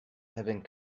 having